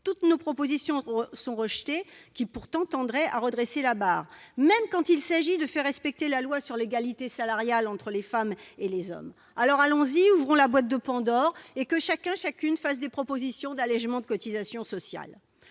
Toutes nos propositions sont rejetées, qui pourtant tendraient à redresser la barre, même quand il s'agit de faire respecter la loi relative à l'égalité salariale entre les femmes et les hommes. Alors, allons-y, ouvrons la boîte de Pandore, et que chacun et chacune formulent des propositions d'allégements de cotisations sociales